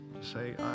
say